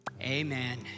amen